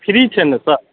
free छै ने sir